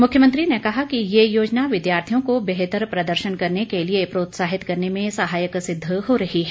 मुख्यमंत्री ने कहा कि ये योजना विद्यार्थियों को बेहतर प्रदर्शन करने के लिए प्रोत्साहित करने में सहायक सिद्ध हो रही है